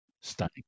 stunning